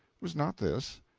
was not this,